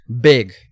big